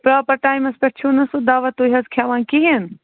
proper ٹایمَس پٮ۪ٹھ چھُو نَہ سُہ دوا تُہۍ حظ کھٮ۪وان کِہیٖنۍ